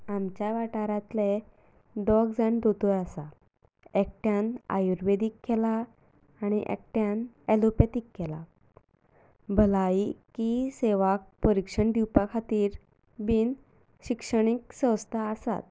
आमच्या वाठारांतले दोग जाण दोतोर आसात एकट्यान आयुर्वेदीक केलां आनी एकट्यान एलोपेथीक केलां भलायकी सेवाक परिक्षण दिवपा खातीर बी शिक्षणीक संस्था आसात